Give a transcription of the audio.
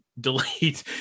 delete